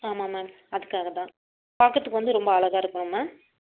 ஆமாம் மேம் அதுக்காக தான் பார்க்கறத்துக்கு வந்து ரொம்ப அழகாக இருக்கணும் மேம்